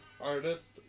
artist